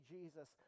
Jesus